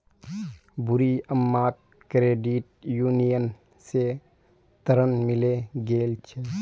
बूढ़ी अम्माक credit union स ऋण मिले गेल छ